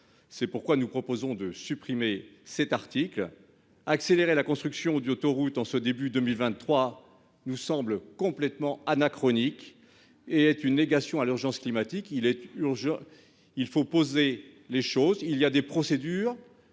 C'est pourquoi nous proposons de supprimer cet article. Accélérer la construction du autoroute en ce début 2023, nous semble complètement anachronique et est une négation à l'urgence climatique. Il est urgent. Il faut poser les choses, il y a des procédures.